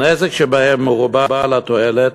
הנזק שבהן מרובה על התועלת,